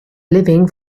living